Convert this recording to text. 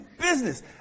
business